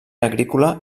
agrícola